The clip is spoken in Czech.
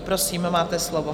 Prosím, máte slovo.